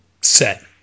set